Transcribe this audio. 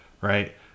right